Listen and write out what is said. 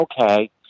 okay